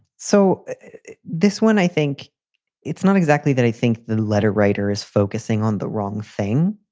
so this one, i think it's not exactly that. i think the letter writer is focusing on the wrong thing,